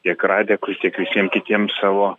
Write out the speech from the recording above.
tiek radekui tiek visiem kitiem savo